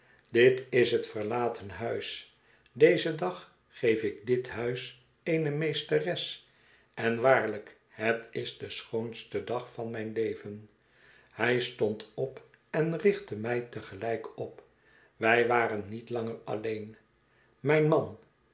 dit is het verlaten huis dezen dag geef ik dit huis eene meesteres en waarlijk het is de schoonste dag van mijn leven hij stond op en richtte mij te gelijk op wij waren niet langer alleen mijn man